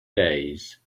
days